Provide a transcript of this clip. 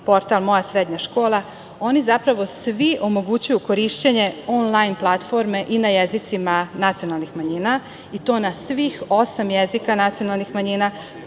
portal „Moja srednja škola“, oni zapravo svi omogućuju korišćenje onlajn platforme i na jezicima nacionalnih manjina i to na svih osam jezika nacionalnih manjina